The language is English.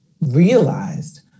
realized